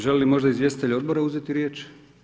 Želi li možda izvjestitelji odbora uzeti riječ?